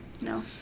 no